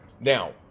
Now